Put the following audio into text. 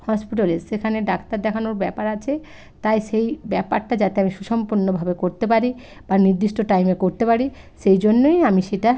হসপিটালে সেখানে ডাক্তার দেখানোর ব্যাপার আছে তাই সেই ব্যাপারটা যাতে আমি সুসম্পন্নভাবে করতে পারি বা নির্দিষ্ট টাইমে করতে পারি সেই জন্যই আমি সেটা